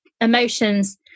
emotions